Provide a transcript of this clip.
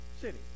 city